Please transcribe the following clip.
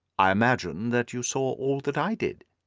i imagine that you saw all that i did.